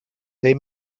they